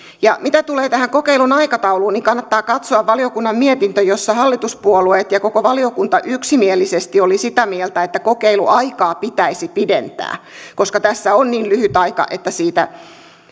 koko kokeilulainsäädäntö mitä tulee tähän kokeilun aikatauluun niin kannattaa katsoa valiokunnan mietintö jossa hallituspuolueet ja koko valiokunta yksimielisesti olivat sitä mieltä että kokeiluaikaa pitäisi pidentää koska tässä on niin lyhyt aika että siitä